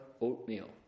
oatmeal